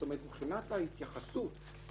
כלומר אנחנו שני שלישים